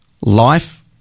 Life